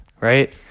right